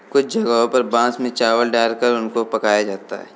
कुछ जगहों पर बांस में चावल डालकर उनको पकाया जाता है